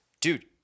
dude